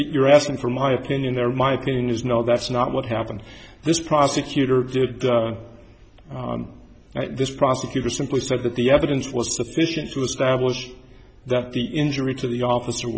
your asking for my opinion or my opinion is no that's not what happened this prosecutor did this prosecutor simply said that the evidence was sufficient to establish that the injury to the officer